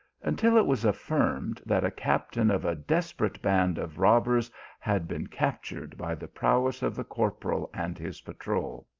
until it was affirmed that a captain of a des perate band of robbers had been captured by the prowess of the corporal and his patrol.